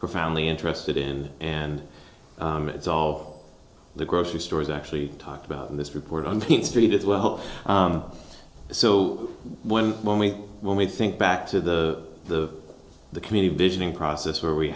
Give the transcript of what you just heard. profoundly interested in and it's all the grocery stores actually talked about in this report on king street as well hope so when when we when we think back to the community visioning process where we